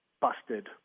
busted